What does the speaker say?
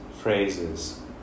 Phrases